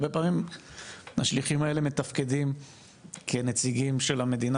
הרבה פעמים השליחים האלה מתפקדים כנציגים של המדינה